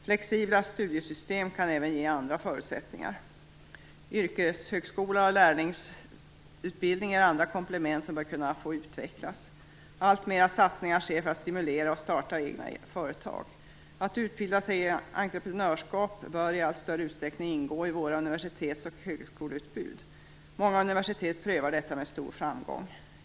Flexibla studiesystem kan även ge andra förutsättningar. Yrkeshögskola och lärlingsutbildning är andra komplement som bör kunna få utvecklas. Alltfler satsningar görs för att stimulera till att starta egna företag. Att utbilda sig i entreprenörskap bör i allt större utsträckning ingå i våra universitetsoch högskoleutbud. Många universitet prövar detta med stor framgång.